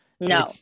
No